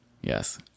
yes